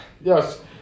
yes